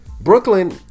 Brooklyn